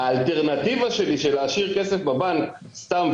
האלטרנטיבה שלי של להשאיר כסף בבנק סתם,